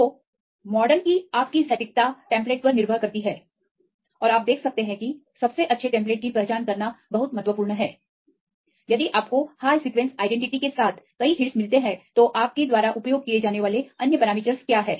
तो मॉडल की आपकी सटीकता टेम्पलेट पर निर्भर करती है और आप देख सकते हैं कि सबसे अच्छे टेम्पलेट की पहचान करना बहुत महत्वपूर्ण है यदि आपको हाय सीक्वेंसआइडेंटिटी के साथ कई हिटस मिलते हैं तो आपके द्वारा उपयोग किए जाने वाले अन्य पैरामीटर्स क्या हैं